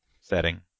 setting